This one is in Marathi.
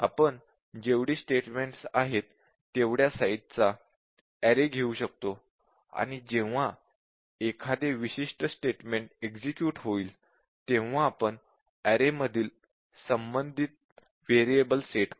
आपण जेवढी स्टेटमेन्ट्स आहेत तेवढ्या साईझ चा एरे घेऊ शकतो आणि जेव्हा जेव्हा एखादे विशिष्ट स्टेटमेंट एक्झिक्युट होईल तेव्हा आपण एरेमधील संबंधित व्हेरिएबल सेट करू